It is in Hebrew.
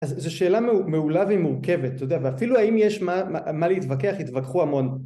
אז זו שאלה מעולה ומורכבת אתה יודע ואפילו האם יש מה להתווכח התווכחו המון